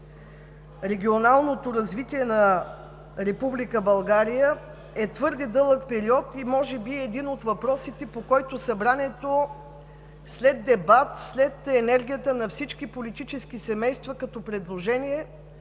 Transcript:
регионалното развитие на Република България, е твърде дълъг период и може би е един от въпросите, по който Събранието след дебат, след енергията на всички политически семейства като предложение,